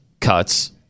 cuts